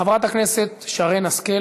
חברת הכנסת שרן השכל,